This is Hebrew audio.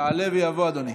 יעלה ויבוא אדוני.